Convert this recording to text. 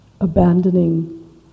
abandoning